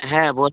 হ্যাঁ বলো